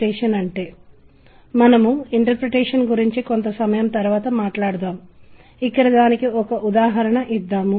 శ్రుతి అనేది మనం మాట్లాడుకున్న విషయం మనం సమాన అంతరాల గురించి మాట్లాడినప్పుడు తబలా లేదా డొలక్ కూడా చాలా తరచుగా దృశ్యమానంగా కనిపిస్తాయి